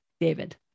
david